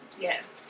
Yes